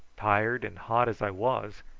tired and hot as i was,